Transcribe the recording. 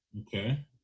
Okay